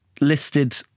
listed